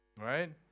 Right